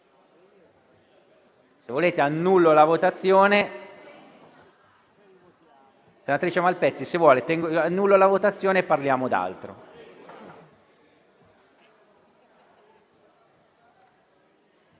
Se volete, annullo la votazione. Senatrice Malpezzi, se vuole, annullo la votazione e parliamo d'altro.